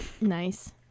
Nice